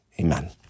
Amen